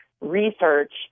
research